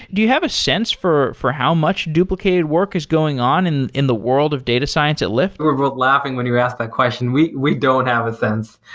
do you have a sense for for how much duplicated work is going on in in the world of data science at lyft? we were laughing when you asked that question. we we don't have a sense.